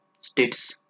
states